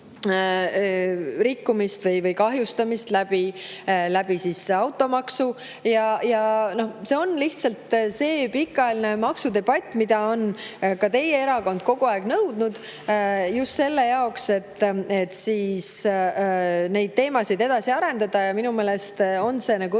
rikkumist või kahjustamist, [kehtestades] automaksu. See on lihtsalt see pikaajaline maksudebatt, mida on ka teie erakond kogu aeg nõudnud just selle jaoks, et neid teemasid edasi arendada. Ja minu meelest on see õige